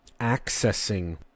accessing